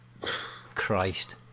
Christ